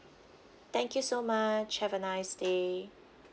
thank you so much have a nice day